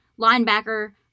linebacker